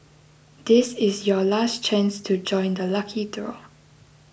this is your last chance to join the lucky draw